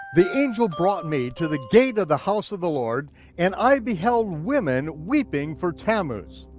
the angel brought me to the gate of the house of the lord and i beheld women weeping for tammuz.